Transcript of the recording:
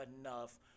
enough